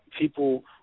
people